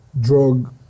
drug